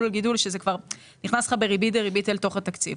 שזה כבר נכנס לך בריבית דריבית אל תוך התקציב.